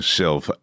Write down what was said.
self